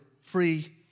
free